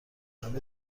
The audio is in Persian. همه